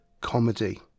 comedy